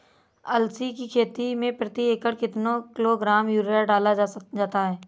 अलसी की खेती में प्रति एकड़ कितना किलोग्राम यूरिया डाला जाता है?